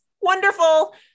wonderful